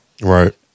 Right